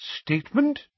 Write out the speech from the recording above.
Statement